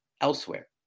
elsewhere